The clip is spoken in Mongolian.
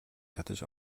татаж